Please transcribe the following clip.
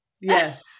yes